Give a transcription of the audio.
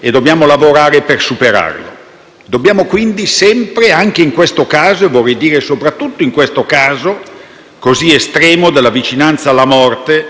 e dobbiamo lavorare per superarlo. Dobbiamo quindi sempre, anche in questo caso - e, vorrei dire, soprattutto in questo caso così estremo della vicinanza alla morte